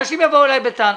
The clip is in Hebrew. אנשים יבואו אליי בטענות.